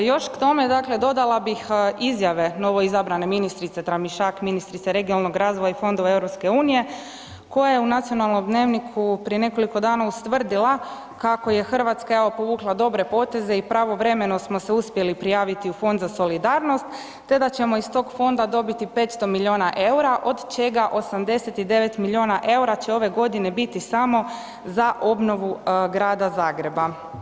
Još k tome dakle dodala bih izjave novoizabrane ministrice Tramišak, ministrice regionalnog razvoja i fondova EU koja je u nacionalnom dnevniku prije nekoliko dana ustvrdila kako je Hrvatska evo povukla dobre poteze i pravovremeno smo se uspjeli prijaviti u fond za solidarnost, te da ćemo iz tog fonda dobiti 500 miliona EUR-a od čega 89 miliona EUR-a će ove godine biti samo za obnovu Grada Zagreba.